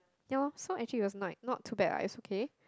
ya lor so actually it was not not too bad ah it's okay